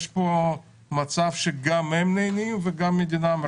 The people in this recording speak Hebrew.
יש פה מצב שגם הם נהנים וגם המדינה מרוויחה.